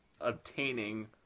Obtaining